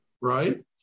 right